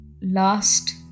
last